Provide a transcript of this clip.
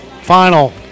final